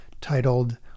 titled